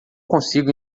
consigo